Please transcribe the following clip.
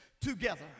together